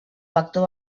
vector